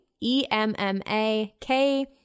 E-M-M-A-K